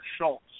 Schultz